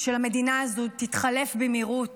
של המדינה הזו תתחלף במהירות